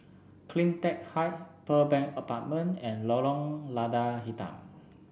CleanTech Height Pearl Bank Apartment and Lorong Lada Hitam